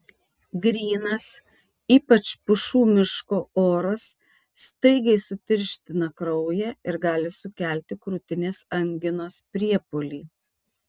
grynas ypač pušų miško oras staigiai sutirština kraują ir gali sukelti krūtinės anginos priepuolį